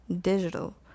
digital